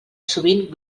sovint